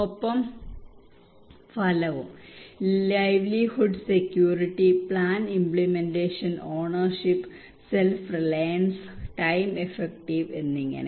ഒപ്പം ഫലവും livelihood security plan implementation ownership self reliance time effective എന്നിങ്ങനെ